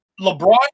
LeBron